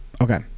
okay